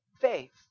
faith